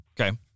Okay